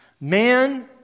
Man